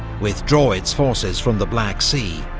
withdraw its forces from the black sea,